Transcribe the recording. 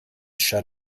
shut